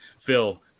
Phil